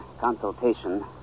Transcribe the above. consultation